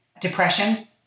depression